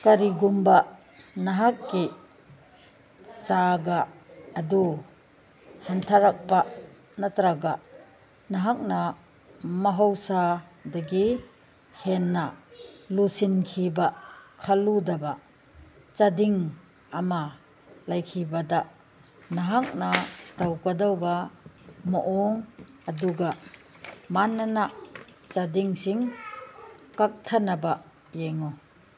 ꯀꯔꯤꯒꯨꯝꯕ ꯅꯍꯥꯛꯀꯤ ꯆꯥꯒꯥ ꯑꯗꯨ ꯍꯟꯊꯔꯛꯄ ꯅꯠꯇ꯭ꯔꯒ ꯅꯍꯥꯛꯅ ꯃꯍꯧꯁꯥꯗꯒꯤ ꯍꯦꯟꯅ ꯂꯨꯁꯤꯟꯈꯤꯕ ꯈꯜꯂꯨꯗꯕ ꯆꯥꯗꯤꯡ ꯑꯃ ꯂꯩꯈꯤꯕꯗ ꯅꯍꯥꯛꯅ ꯇꯧꯒꯗꯧꯕ ꯃꯑꯣꯡ ꯑꯗꯨꯒ ꯃꯥꯟꯅꯅ ꯆꯥꯗꯤꯡꯁꯤꯡ ꯀꯛꯊꯅꯕ ꯌꯦꯡꯉꯨ